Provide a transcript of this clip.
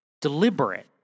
deliberate